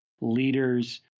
leaders